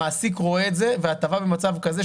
המעסיק רואה את זה וההטבה במצב כזה,